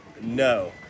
No